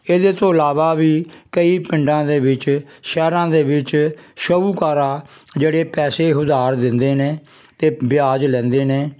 ਇਹਦੇ ਤੋਂ ਇਲਾਵਾ ਵੀ ਕਈ ਪਿੰਡਾਂ ਦੇ ਵਿੱਚ ਸ਼ਹਿਰਾਂ ਦੇ ਵਿੱਚ ਸ਼ਾਹੂਕਾਰਾ ਜਿਹੜੇ ਪੈਸੇ ਉਧਾਰ ਦਿੰਦੇ ਨੇ ਅਤੇ ਵਿਆਜ ਲੈਂਦੇ ਨੇ